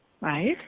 Right